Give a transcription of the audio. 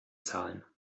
zahlen